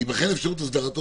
תיבחן אפשרות הסדרתו,